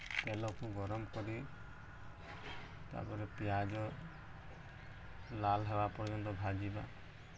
ତେଲକୁ ଗରମ କରି ତାପରେ ପିଆଜ ଲାଲ ହେବା ପର୍ଯ୍ୟନ୍ତ ଭାଜିବା